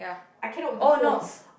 I came out with the host